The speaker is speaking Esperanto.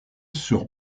sur